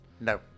No